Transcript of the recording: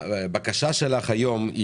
הבקשה שלך היום,